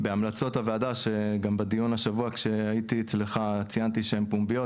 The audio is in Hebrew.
בהמלצות הוועדה שגם בדיון השבוע כשהייתי אצלך ציינתי שהן פומביות,